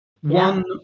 one